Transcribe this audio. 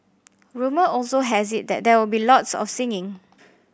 rumour also has it that there will be lots of singing